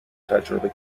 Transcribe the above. تجربه